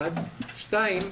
שנית,